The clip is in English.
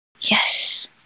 Yes